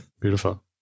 Beautiful